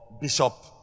Bishop